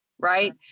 Right